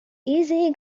easy